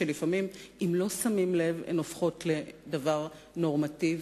שלפעמים אם לא שמים לב הן הופכות לדבר נורמטיבי.